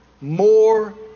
more